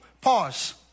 pause